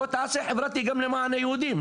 בוא תעשה חברתי גם למען היהודים,